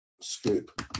Scoop